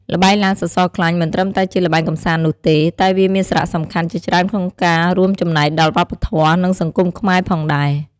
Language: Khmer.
ល្បែងឡើងសសរខ្លាញ់មិនត្រឹមតែជាល្បែងកម្សាន្តនោះទេ តែវាមានសារៈសំខាន់ជាច្រើនក្នុងការរួមចំណែកដល់វប្បធម៌ និងសង្គមខ្មែរផងដែរ។